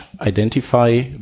identify